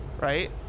right